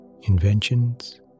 inventions